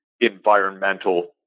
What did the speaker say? environmental